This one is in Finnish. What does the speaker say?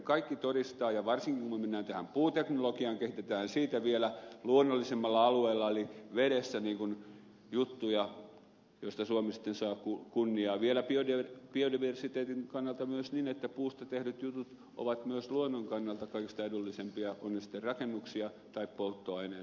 kaikki todistaa ja varsinkin kun me menemme tähän puuteknologiaan kehitämme siitä vielä luonnollisemmalla alueella eli vedessä juttuja joista suomi sitten saa kunniaa vielä biodiversiteetin kannalta myös niin että puusta tehdyt jutut ovat myös luonnon kannalta kaikista edullisimpia ovat ne sitten rakennuksia tai polttoaineena nykymaailman mitassa kun mitataan